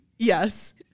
Yes